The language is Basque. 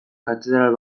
katedral